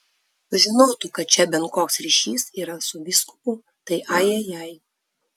sužinotų kad čia bent koks ryšys yra su vyskupu tai ajajai